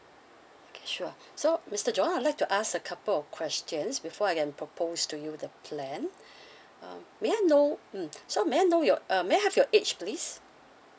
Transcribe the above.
okay sure so mister john I'd like to ask a couple of questions before I can propose to you the plan um may I know mm so may I know your uh may I have your age please